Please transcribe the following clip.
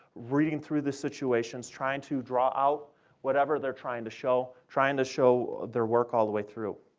reading through the situations, trying to draw out whatever they're trying to show, trying to show their work all the way through.